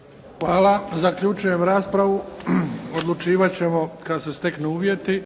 Hvala. Zaključujem raspravu. Odlučivat ćemo kad se steknu uvjeti.